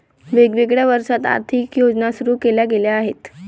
वेगवेगळ्या वर्षांत आर्थिक योजना सुरू केल्या गेल्या आहेत